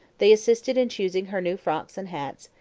they assisted in choosing her new frocks and hats,